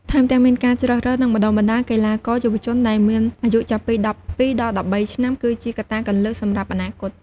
ថែមទាំងមានការជ្រើសរើស និងបណ្ដុះបណ្ដាល កីឡាករយុវជន ដែលមានអាយុចាប់ពី ១២ ដល់ ១៣ ឆ្នាំ គឺជាកត្តាគន្លឹះសម្រាប់អនាគត។